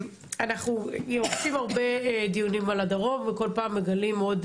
אנחנו עושים הרבה דיונים על הדרום וכל פעם מגלים עוד